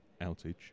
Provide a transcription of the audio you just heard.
outage